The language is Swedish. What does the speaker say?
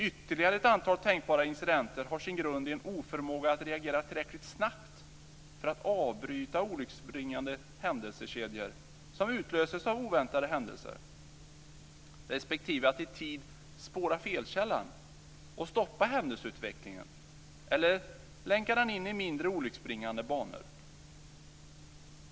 Ytterligare ett antal tänkbara incidenter har sin grund i en oförmåga att reagera tillräckligt snabbt för att avbryta olycksbringande händelsekedjor som utlöses av oväntade händelser, respektive att i tid spåra felkällan och stoppa händelseutvecklingen eller länka den in i mindre olycksbringande banor.